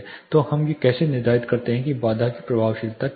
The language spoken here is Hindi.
तो हम यह कैसे निर्धारित करते हैं कि बाधा की प्रभावशीलता क्या है